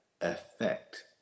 effect